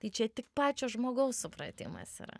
tai čia tik pačio žmogaus supratimas yra